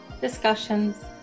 discussions